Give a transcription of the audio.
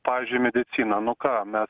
pavyzdžiui medicina nu ką mes